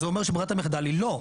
אז זה אומר שברירת המחדל היא לא.